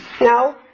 No